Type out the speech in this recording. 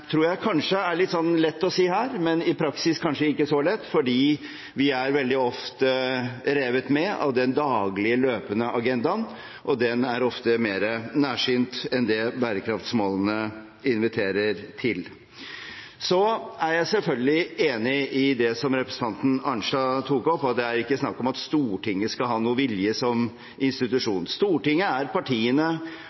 tror jeg kanskje er litt lett å si her, men i praksis kanskje ikke så lett, fordi vi er veldig ofte revet med av den daglige løpende agendaen, og den er ofte mer nærsynt enn det bærekraftsmålene inviterer til. Så er jeg selvfølgelig enig i det som representanten Arnstad tok opp, at det ikke er snakk om at Stortinget som institusjon skal ha noen vilje. Stortinget er partiene